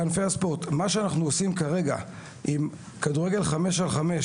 עם כדור ביד,